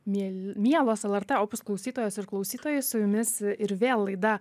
miel mielos lrt opus klausytojos ir klausytojai su jumis ir vėl laida